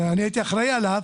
אני הייתי אחראי עליו,